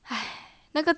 哎那个